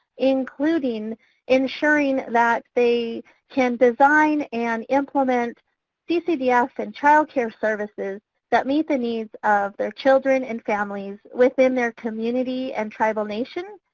including ensuring that they can design and implement ccdf and child care services that meet the needs of their children and families within their community and tribal nations.